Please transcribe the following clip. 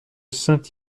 saint